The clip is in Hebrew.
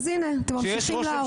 הנה, אתם ממשיכים להרוס.